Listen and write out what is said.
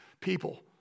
people